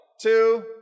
two